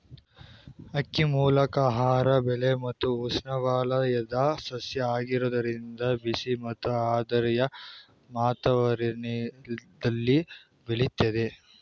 ಅಕ್ಕಿಮೂಲ ಆಹಾರ ಬೆಳೆ ಮತ್ತು ಉಷ್ಣವಲಯದ ಸಸ್ಯ ಆಗಿರೋದ್ರಿಂದ ಬಿಸಿ ಮತ್ತು ಆರ್ದ್ರ ವಾತಾವರಣ್ದಲ್ಲಿ ಬೆಳಿತದೆ